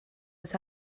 oes